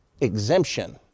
exemption